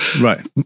right